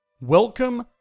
Welcome